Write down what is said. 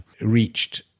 reached